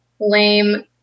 lame